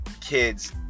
kids